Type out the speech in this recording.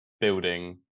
building